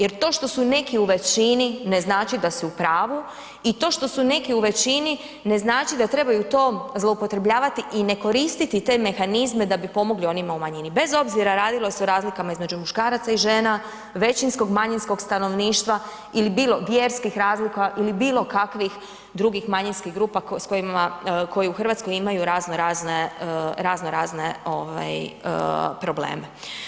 Jer to što su neki u većini ne znači da su u pravu i to što su neki u većini ne znači da trebaju to zloupotrebljavati i ne koristiti te mehanizme da bi pomogli onima u manjini, bez obzira radilo se o razlikama između muškaraca i žena, većinskog, manjinskog stanovništva ili bilo, vjerskih razlika ili bilo kakvih manjinskih grupa s kojima, koji u Hrvatskoj imaju razno razne, razno razne ovaj probleme.